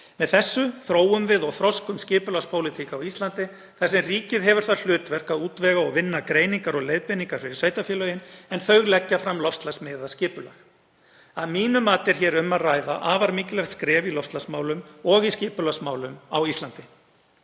Með þessu þróum við og þroskum skipulagspólitík á Íslandi, þar sem ríkið hefur það hlutverk að útvega og vinna greiningar og leiðbeiningar fyrir sveitarfélögin, en þau leggja fram loftslagsmiðað skipulag. Að mínu mati er hér um að ræða afar mikilvægt skref í loftslagsmálum og skipulagsmálum á Íslandi.